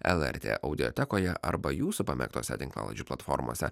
lrt audiotekoje arba jūsų pamėgtose tinklalaidžių platformose